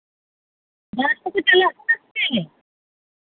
ᱡᱟᱦᱟᱸ ᱛᱮᱯᱮ ᱪᱟᱞᱟᱜ ᱠᱟᱱᱟ ᱥᱮ ᱪᱮᱫ